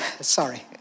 Sorry